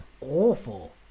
awful